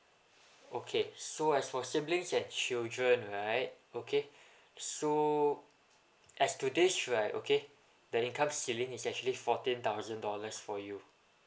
okay so as for siblings and children right okay so as to this right okay the income ceiling is actually fourteen thousand dollars for you